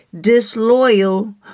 disloyal